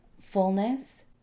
fullness